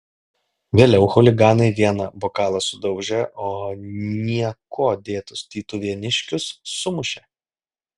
vėliau chuliganai vieną bokalą sudaužė o niekuo dėtus tytuvėniškius sumušė